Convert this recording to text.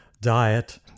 diet